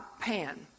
Pan